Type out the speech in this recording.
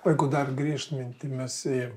o jeigu dar grįžt mintimis į